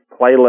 playlist